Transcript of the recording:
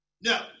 no